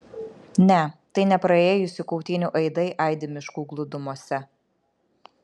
ne tai ne praėjusių kautynių aidai aidi miškų glūdumose